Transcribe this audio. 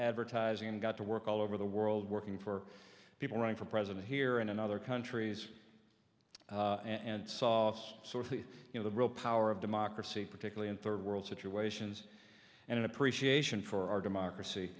advertising and got to work all over the world working for people running for president here and in other countries and sauced you know the real power of democracy particularly in third world situations and an appreciation for democracy